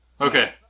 Okay